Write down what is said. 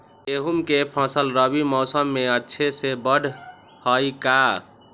गेंहू के फ़सल रबी मौसम में अच्छे से बढ़ हई का?